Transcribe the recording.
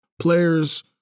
players